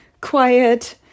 quiet